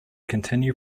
continue